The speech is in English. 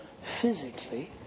...physically